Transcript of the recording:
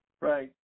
Right